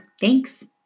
Thanks